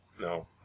No